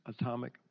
atomic